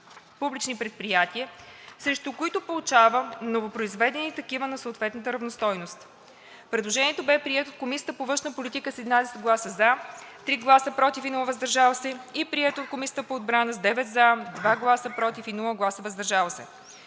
публични предприятия, срещу които получава новопроизведени такива на съответната равностойност.“ Предложението беше прието от Комисията по външна политика с 11 гласа „за“, 3 гласа „против“, без „въздържал се“ и прието от Комисията по отбрана с 9 гласа „за“, 2 гласа „против“, без „въздържал се“.